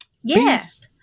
Yes